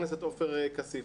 חה"כ עופר כסיף